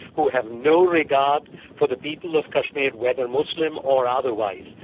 who had no regard for the people of kashmir, whether muslim or otherwise,